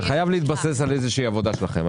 זה חייב להתבסס על איזושהי עבודה שלכם.